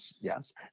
yes